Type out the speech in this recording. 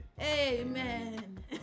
Amen